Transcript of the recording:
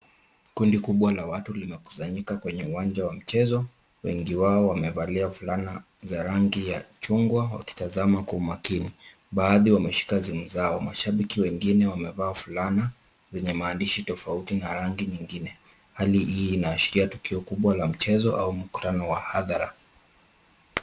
Kundi kubwa la watu limekusanyika kwenye uwanja wa mchezo. Wengi wao wamevalia fulana za rangi ya chungwa wakitazama kwa umakini. Baadhi wameshika simu zao. Mashabiki wengine wamevaa fulana zenye maandishi tofauti na rangi nyingine. Hali hii inaashiria tukio kubwa la mchezo au mkutano wa hadhara.